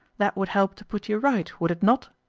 that would help to put you right, would it not?